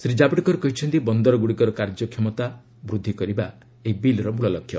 ଶ୍ରୀ ଜାବଡେକର କହିଛନ୍ତି ବନ୍ଦରଗ୍ରଡ଼ିକର କାର୍ଯ୍ୟକ୍ଷମତା ବୃଦ୍ଧି କରିବା ଏହି ବିଲ୍ର ମୂଳ ଲକ୍ଷ୍ୟ